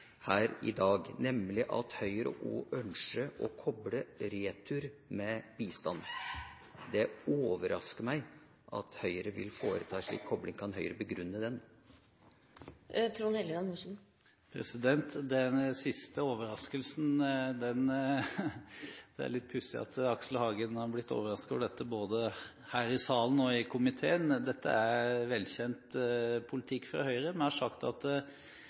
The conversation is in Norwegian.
her i dag, nemlig at Høyre også ønsker å koble retur med bistand. Det overrasker meg at Høyre vil foreta en slik kobling. Kan Høyre begrunne den? Den siste overraskelsen er det litt pussig at Aksel Hagen har blitt overrasket over, siden dette er velkjent politikk fra Høyre, både her i salen og i komiteen. Vi har sagt at